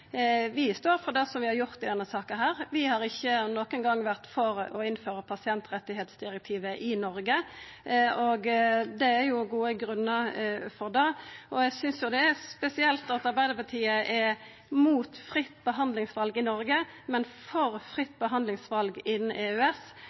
Vi står for det vi har gjort i denne saka. Vi har ikkje nokon gong vore for å innføra pasientrettsdirektivet i Noreg, og det er gode grunnar til det. Eg synest det er spesielt at Arbeidarpartiet er mot fritt behandlingsval i Noreg, men for